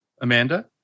Amanda